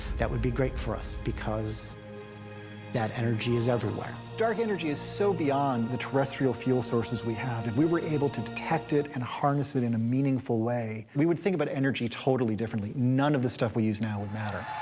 that would be great for us, because that energy is everywhere. dark energy is so beyond the terrestrial fuel sources we have. if and we were able to detect it and harness it in a meaningful way, we would think about energy totally differently. none of the stuff we use now would matter.